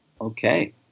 okay